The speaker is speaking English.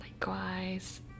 likewise